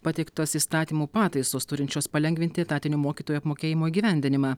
pateiktos įstatymų pataisos turinčios palengvinti etatinio mokytojų apmokėjimo įgyvendinimą